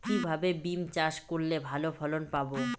কিভাবে বিম চাষ করলে ভালো ফলন পাব?